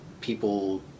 people